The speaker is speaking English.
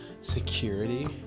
security